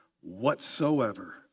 whatsoever